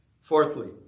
Fourthly